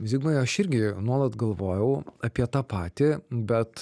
zigmai aš irgi nuolat galvojau apie tą patį bet